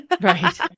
Right